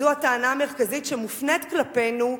וזו הטענה המרכזית שמופנית כלפינו,